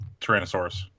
Tyrannosaurus